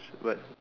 should what